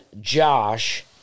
Josh